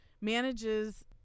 manages